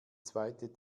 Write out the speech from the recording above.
zweite